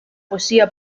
poesía